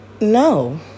No